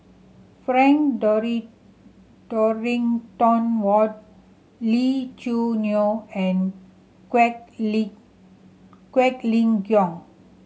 Frank Dorrington Ward Lee Choo Neo and Quek Lee Quek Ling Kiong